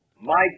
Mike